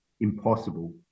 impossible